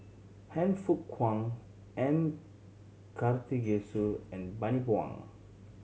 Han Fook Kwang M Karthigesu and Bani Buang